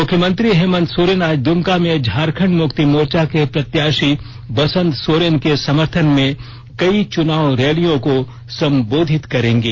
मुख्यमंत्री हेमन्त सोरेन आज दुमका में झारखंड मुक्ति मोर्चा के प्रत्याशी बसंत सोरेन के समर्थन में कई चुनाव रैलियों को संबोधित करेंगे